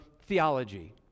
theology